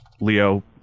Leo